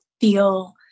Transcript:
feel